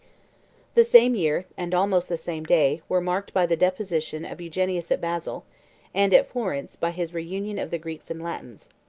the same year, and almost the same day, were marked by the deposition of eugenius at basil and, at florence, by his reunion of the greeks and latins.